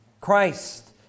Christ